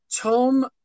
Tom